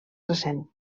recent